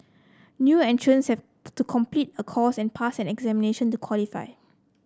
new entrants have to complete a course and pass an examination to qualify